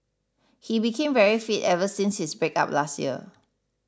he became very fit ever since his breakup last year